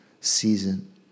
season